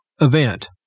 event